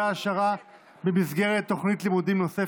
העשרה במסגרת תוכנית לימודים נוספת,